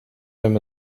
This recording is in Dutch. hem